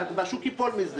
והשוק ייפול מזה,